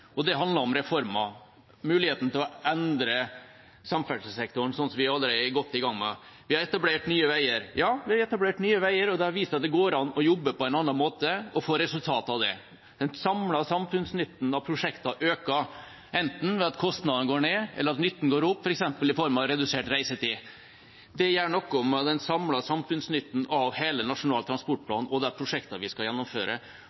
og det handler om reformer – muligheten til å endre samferdselssektoren, slik vi allerede er godt i gang med. Vi har etablert Nye veier – ja, det har vi, og det har vist at det går an å jobbe på en annen måte og få resultater av det. Den samlede samfunnsnytten av prosjektene øker, enten ved at kostnaden går ned eller at nytten går opp, f.eks. i form av redusert reisetid. Det gjør noe med den samlede samfunnsnytten av hele Nasjonal transportplan og de prosjektene vi skal gjennomføre,